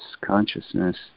consciousness